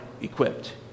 equipped